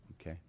okay